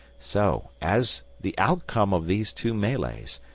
so, as the outcome of these two melees,